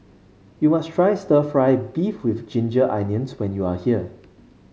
you must try stir fry beef with Ginger Onions when you are here